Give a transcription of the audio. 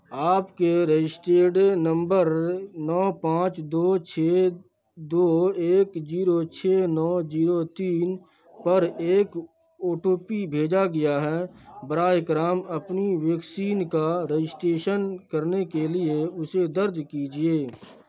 آپ کے registered number نو پانچ دو چھ دو ایک جیرو چھ نو جیرو تین پر ایک او ٹو پی بھیجا گیا ہے برائے کرم اپنی ویکسین کا رجسٹریشن کرنے کے لیے اسے درج کیجیے